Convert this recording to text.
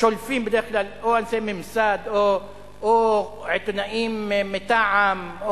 שולפים אנשי ממסד או עיתונאים מטעם,